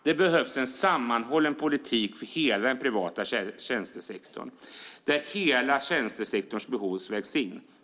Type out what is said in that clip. Det behövs en sammanhållen politik för hela den privata tjänstesektorn där hela tjänstesektorns behov vägs in.